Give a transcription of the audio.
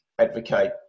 advocate